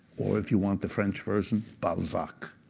or, if you want the french version, balzac,